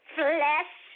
flesh